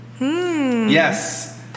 Yes